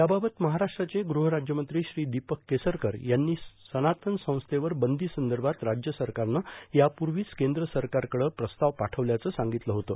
याबाबत महाराष्ट्राचे गृह राज्यमंत्री श्री दीपक केसरकर यांनी सनातन संस्थेवर बंदीसंदर्भात राज्य सरकारनं यापूर्वीच केंद्र सरकारकडं प्रस्ताव पाठवल्याचं सांगितलं होतं